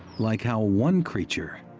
like how one creature